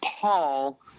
Paul